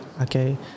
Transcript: Okay